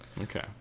Okay